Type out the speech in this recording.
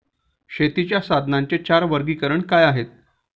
शेतीच्या साधनांचे चार वर्गीकरण काय आहे?